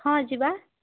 ହଁ ଯିବା